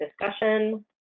discussion